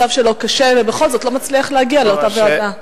המצב שלו קשה ובכל זאת הוא לא מצליח להגיע לאותה ועדה?